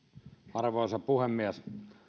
arvoisa puhemies